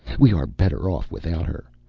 we are better off without her.